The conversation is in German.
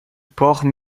brauchen